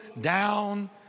down